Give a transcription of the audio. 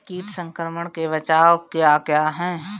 कीट संक्रमण के बचाव क्या क्या हैं?